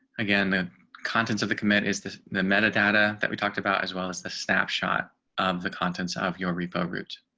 again, the contents of the commit is the the metadata that we talked about, as well as the snapshot of the contents of your repo route.